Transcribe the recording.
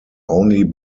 only